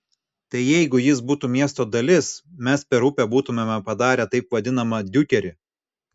tai jeigu jis būtų miesto dalis mes per upę būtumėme padarę taip vadinamą diukerį